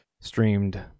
streamed